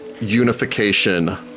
unification